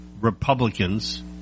Republicans